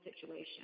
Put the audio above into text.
situation